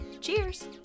Cheers